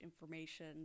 information